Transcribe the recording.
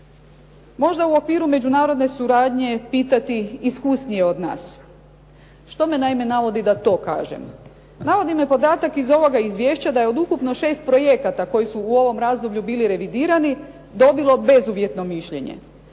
Možda u okviru međunarodne suradnje pitati iskusnije od nas? Što me naime navodi da to kažem? Navodi me podatak iz ovoga izvješća da je od ukupno 6 projekata koji su u ovom razdoblju bili revidirani, dobilo bezuvjetno mišljenje.